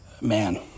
man